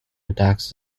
attacks